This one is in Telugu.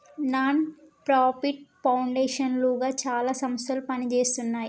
నాన్ ప్రాఫిట్ పౌండేషన్ లుగా చాలా సంస్థలు పనిజేస్తున్నాయి